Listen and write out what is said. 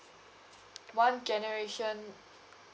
okay one generation